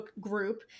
group